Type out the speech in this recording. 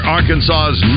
Arkansas's